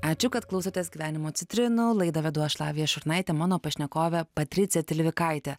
ačiū kad klausotės gyvenimo citrinų laidą vedu aš lavija šurnaitė mano pašnekovė patricija tilvikaitė